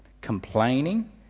complaining